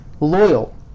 loyal